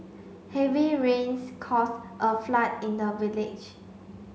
heavy rains caused a flood in the village